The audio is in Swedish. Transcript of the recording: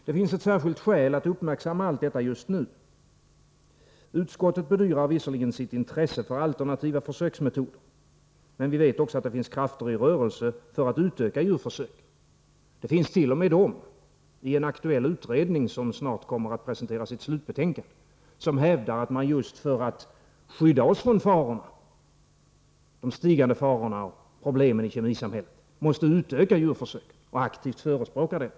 Det finns ett särskilt skäl att uppmärksamma allt detta just nu. Utskottet bedyrar visserligen sitt intresse för alternativa försöksmetoder, men vi vet också att det finns krafter i rörelse för att utöka djurförsöken. Det finns t.o.m. de som hävdar — i en aktuell utredning, som snart kommer att presentera sitt slutbetänkande — att man just för att skydda oss mot de ökande farorna och problemen i kemisamhället måste utöka djurförsöken och som aktivt förespråkar detta.